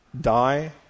die